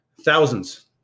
Thousands